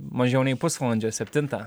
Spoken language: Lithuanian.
mažiau nei pusvalandžio septintą